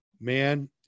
man